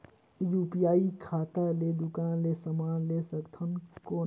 UPI खाता ले दुकान ले समान ले सकथन कौन?